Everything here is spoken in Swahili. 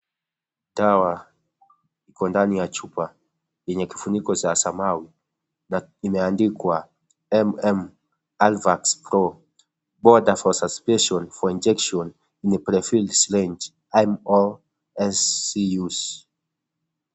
Dawa ikondani ya chupa yenye kifuniko cha samawi na inaandikuwa MM-rVAX-PRO, Border for Suspension for Injection in the Prefixed Range, M-O-S-C use .